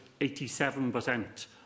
87%